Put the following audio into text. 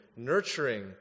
nurturing